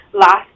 last